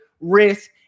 risk